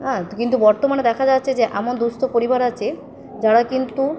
হ্যাঁ কিন্তু বর্তমানে দেখা যাচ্ছে যে এমন দুস্থ পরিবার আছে যারা কিন্তু